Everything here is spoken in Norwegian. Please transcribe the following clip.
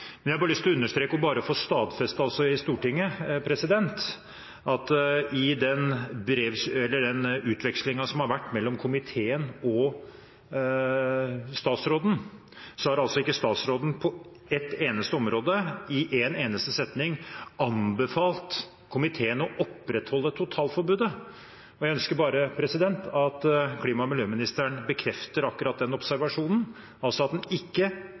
Men jeg har lyst til å understreke og få stadfestet også i Stortinget at statsråden i den utvekslingen som har vært mellom komiteen og statsråden, ikke på ett eneste område, i én eneste setning, har anbefalt komiteen å opprettholde totalforbudet. Jeg ønsker at klima- og miljøministeren bekrefter akkurat den observasjonen – altså at man ikke